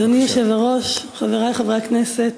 אדוני היושב-ראש, חברי חברי הכנסת,